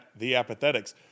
theapathetics